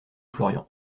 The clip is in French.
florian